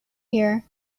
here